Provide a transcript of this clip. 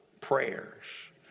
prayers